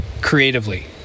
creatively